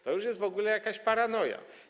To jest w ogóle jakaś paranoja.